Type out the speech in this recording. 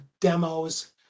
demos